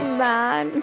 man